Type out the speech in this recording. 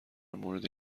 مورد